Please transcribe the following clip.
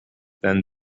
then